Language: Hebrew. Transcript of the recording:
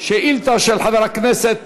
של חבר הכנסת